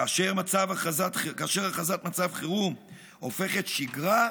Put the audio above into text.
כאשר הכרזת מצב חירום הופכת שגרה,